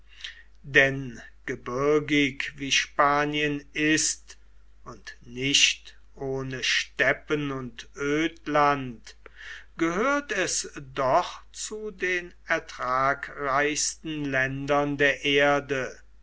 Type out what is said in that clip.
denn gebirgig wie spanien ist und nicht ohne steppen und ödland gehört es doch zu den ertragreichsten ländern der erde